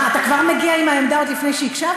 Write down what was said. מה, אתה כבר מגיע עם העמדה, עוד לפני שהקשבת?